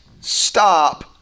stop